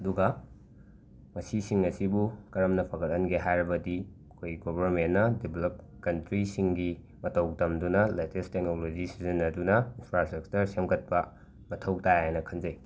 ꯑꯗꯨꯒ ꯃꯁꯤꯁꯤꯡ ꯑꯁꯤꯕꯨ ꯀꯔꯝꯅ ꯐꯒꯠꯍꯟꯒꯦ ꯍꯥꯏꯔꯕꯗꯤ ꯑꯩꯈꯣꯏ ꯒꯣꯕꯔꯃꯦꯟꯅ ꯗꯦꯕꯂꯞ ꯀꯟꯇ꯭ꯔꯤꯁꯤꯡꯒꯤ ꯃꯇꯧ ꯇꯝꯗꯨꯅ ꯂꯦꯇꯦꯁ ꯇꯦꯛꯅꯣꯂꯣꯖꯤ ꯁꯤꯖꯤꯟꯅꯗꯨꯅ ꯏꯟꯐ꯭ꯔꯥꯁ꯭ꯔꯛꯇꯔ ꯁꯦꯝꯒꯠꯄ ꯃꯊꯧ ꯇꯥꯏ ꯍꯥꯏꯅ ꯈꯟꯖꯩ